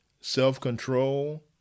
self-control